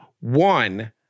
One